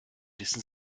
wissen